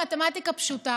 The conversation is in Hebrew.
זו מתמטיקה פשוטה: